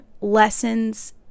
lessons